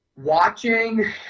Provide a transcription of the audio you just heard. watching